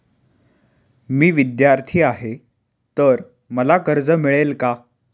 मी विद्यार्थी आहे तर मला कर्ज मिळेल का?